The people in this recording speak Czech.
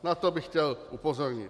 Na to bych chtěl upozornit.